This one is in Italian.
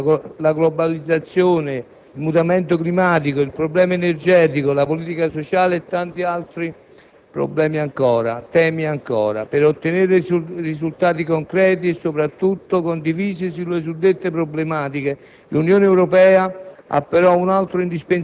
la sicurezza, la globalizzazione, il mutamento climatico, il problema energetico, la politica sociale e tanti altri temi ancora. Per ottenere risultati concreti e, soprattutto, condivisi rispetto alle suddette problematiche l'Unione Europea